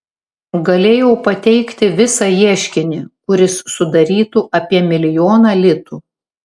galėjau pateikti visą ieškinį kuris sudarytų apie milijoną litų